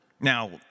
Now